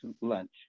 lunch